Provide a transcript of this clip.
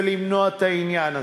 ולמנוע את העניין הזה,